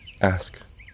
Ask